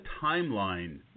timeline